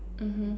mmhmm